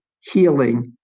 healing